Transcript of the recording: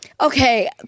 Okay